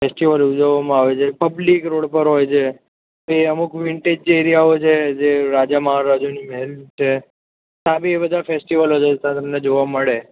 festival ઉજવવામાં આવે છે પબ્લિક રોડ પર હોય છે એ અમુક વિન્ટેજ જે એરિયાઓ છે જે રાજા મહારાજાઓની મહેલ છે ત્યાં બી બધા ફેસ્ટીવલો ઉજવતા એ તમને જોવા મળે